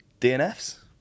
DNFs